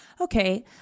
okay